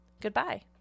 Goodbye